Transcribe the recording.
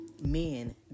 men